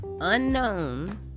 unknown